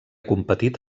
competit